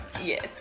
yes